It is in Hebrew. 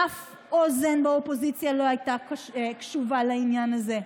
אף אוזן באופוזיציה לא הייתה קשובה לעניין הזה.